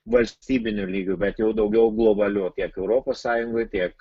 valstybiniu lygiu bet jau daugiau globaliu tiek europos sąjungoj tiek